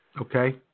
Okay